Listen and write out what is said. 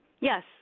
Yes